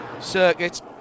circuit